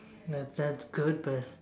nah that's good but